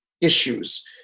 issues